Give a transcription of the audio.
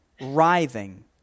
writhing